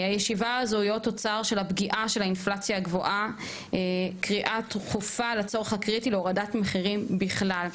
הישיבה על הפגיעה של האינפלציה ועל קריאה דחופה להורדת מחירים בכלל.